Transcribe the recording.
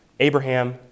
Abraham